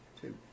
Two